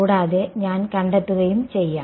കൂടാതെ ഞാൻ കണ്ടെത്തുകയും ചെയ്യാം